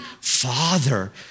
father